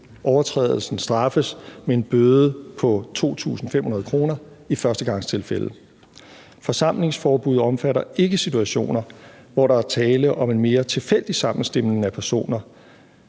overtrædelsen straffes med en bøde på 2.500 kr. i førstegangstilfælde. Forsamlingsforbuddet omfatter ikke situationer, hvor der er tale om en mere tilfældig sammenstimlen af personer,